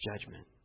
judgment